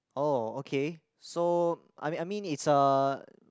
oh okay so I mean I mean it's a